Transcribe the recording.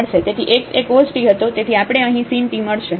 તેથી આપણે અહીં sin t મળશે